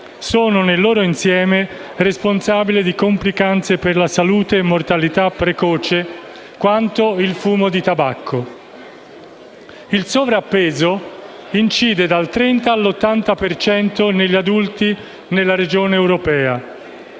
sono nel loro insieme responsabili di complicanze per la salute e mortalità precoce quanto il fumo di tabacco. Il sovrappeso incide dal 30 all'80 per cento negli adulti nella regione europea.